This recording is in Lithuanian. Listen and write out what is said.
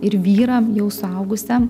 ir vyram jau suaugusiam